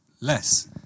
less